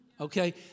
okay